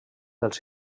dels